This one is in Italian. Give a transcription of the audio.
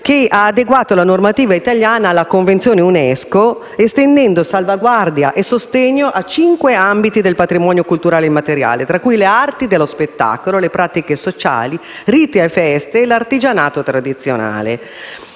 che ha adeguato la normativa italiana alla convenzione Unesco, estendendo salvaguardia e sostegno a cinque ambiti del patrimonio culturale immateriale, tra cui le arti dello spettacolo, le pratiche sociali, riti e feste e l'artigianato tradizionale.